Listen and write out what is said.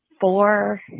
four